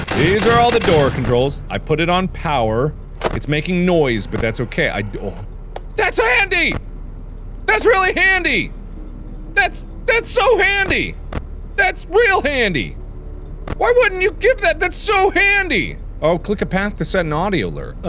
these are all the door controls i put it on power it's making noise, but that's ok i doh that's handy that's really handy that's that's so handy that's real handy why wouldn't you give that that's so handy oh, click a path to set an audio lure